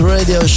Radio